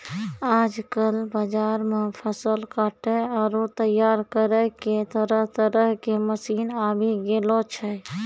आजकल बाजार मॅ फसल काटै आरो तैयार करै के तरह तरह के मशीन आबी गेलो छै